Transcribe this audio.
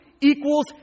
equals